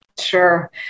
Sure